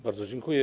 Bardzo dziękuję.